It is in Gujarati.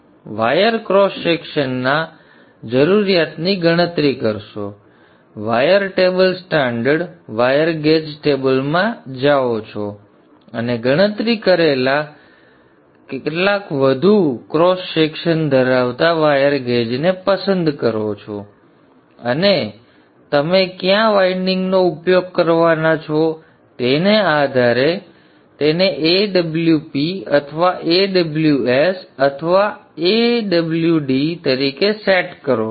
તમે વાયર ક્રોસ સેક્શનના વાયરની જરૂરિયાતની ગણતરી કરશો તમે wire table standard wire gauge ટેબલમાં જાઓ છો અને ગણતરી કરેલા કરતા વધુ ક્રોસ સેક્શન ધરાવતા વાયર ગેજને પસંદ કરો છો અને તમે કયા વાઇન્ડિંગ માટે ઉપયોગ કરવાના છો તેના આધારે તેને Awp અથવા Aws અથવા Awd તરીકે સેટ કરો છો